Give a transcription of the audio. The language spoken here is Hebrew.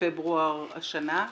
בפברואר השנה.